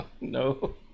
No